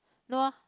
no ah